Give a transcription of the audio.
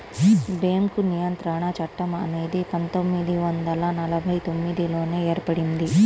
bank నియంత్రణ చట్టం అనేది పందొమ్మిది వందల నలభై తొమ్మిదిలోనే ఏర్పడింది